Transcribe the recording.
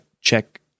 check